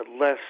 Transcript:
less